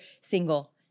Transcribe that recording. single